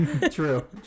True